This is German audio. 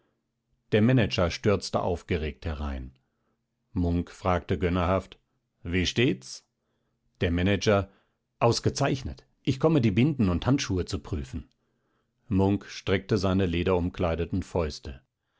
der manager stürzte aufgeregt herein munk fragte gönnerhaft wie steht's der manager ausgezeichnet ich komme die binden und handschuhe zu prüfen munk steckte seine lederumkleideten fäuste